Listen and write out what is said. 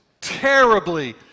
terribly